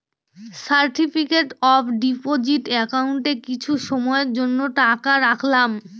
certificate of deposit একাউন্টে কিছু সময়ের জন্য টাকা রাখলাম